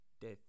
death